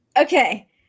Okay